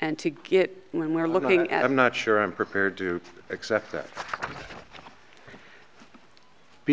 and to get in when we're looking at i'm not sure i'm prepared to accept t